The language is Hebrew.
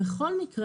בכל מקרה,